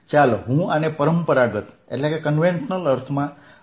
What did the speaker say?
ચાલો હું આને પરંપરાગત અર્થમાં કરું